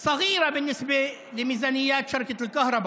הם קטנים ביחס לתקציב חברת החשמל,